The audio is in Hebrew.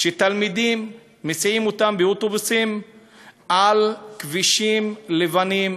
שמסיעים תלמידים באוטובוסים על כבישים לבנים,